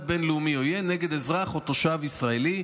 בין-לאומי עוין נגד אזרח או תושב ישראלי,